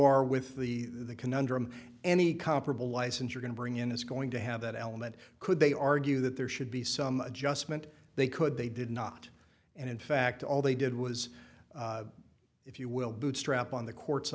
are with the conundrum any comparable license you're going bring in is going to have that element could they argue that there should be some adjustment they could they did not and in fact all they did was if you will bootstrap on the court